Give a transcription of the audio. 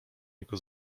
jego